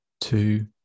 two